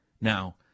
now